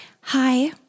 hi